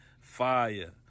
Fire